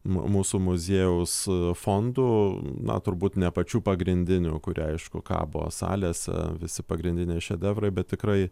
mu mūsų muziejaus fondų na turbūt ne pačių pagrindinių kurie aišku kabo salėse visi pagrindiniai šedevrai bet tikrai